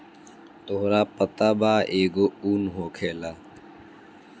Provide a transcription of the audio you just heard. तोहरा पता बा एगो उन होखेला